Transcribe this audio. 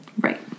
Right